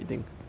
ya